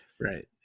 right